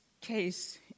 case